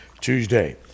Tuesday